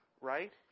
Right